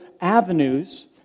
avenues